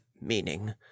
meaning